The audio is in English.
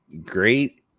Great